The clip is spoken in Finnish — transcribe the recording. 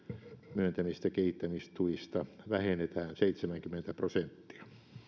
myöntämistä kehittämistuista vähennetään seitsemänkymmentä prosenttia